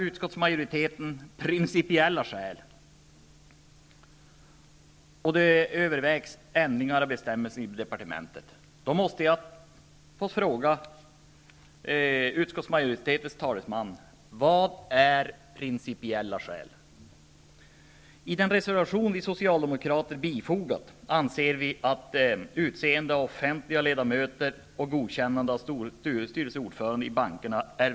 Utskottsmajoriteten åberopar principiella skäl, och det övervägs ändringar av bestämmelserna i departementet. Då måste jag få fråga utskottsmajoritetens talesman: Vad är principiella skäl? I den reservation som vi socialdemokrater har fogat till betänkandet säger vi att det finns goda motiv för utseende av offentliga ledamöter och godkännande av styrelseordförande i bankerna.